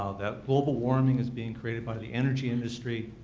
ah that global warming is being created by the energy industry,